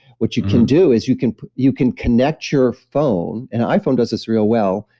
what you can do is you can you can connect your phone, and iphone does this real well,